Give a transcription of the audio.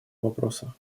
вопроса